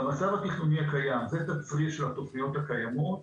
במצב התכנוני הקיים זה תצריף של התכניות הקיימות,